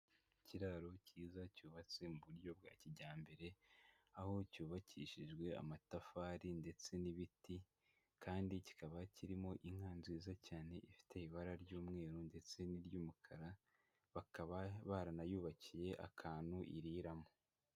Ikiraro cyiza cyubatse mu buryo bwa kijyambere, aho cyubakishijwe amatafari ndetse n'ibiti, kandi kikaba kirimo inka nziza cyane ifite ibara ry'umweru ndetse n'iry'umukara, bakaba baranayubakiye akantu iriramo.